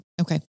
Okay